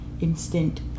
instant